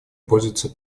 пользуются